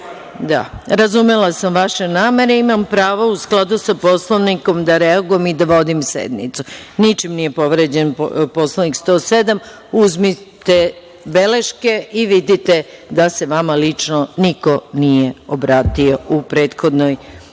razumela sam vaše namere. Imam pravo, u skladu sa Poslovnikom, da reagujem i da vodim sednicu. Ničim nije povređen Poslovnik, član 107. Uzmite beleške i vidite da se vama lično niko nije obratio u prethodnoj